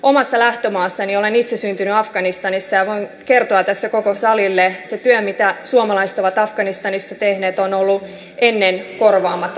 omasta lähtömaastani olen itse syntynyt afganistanissa voin kertoa tässä koko salille että se työ mitä suomalaiset ovat afganistanissa tehneet on ollut korvaamatonta